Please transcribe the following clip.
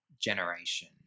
generation